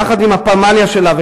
ביחד עם הפמליה שלה,